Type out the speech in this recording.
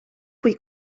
qui